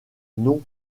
non